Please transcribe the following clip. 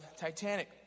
Titanic